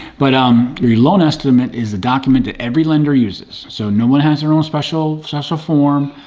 but um your loan estimate is a document that every lender uses. so no one has their own special special form.